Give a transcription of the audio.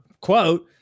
quote